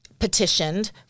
petitioned